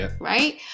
right